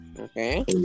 Okay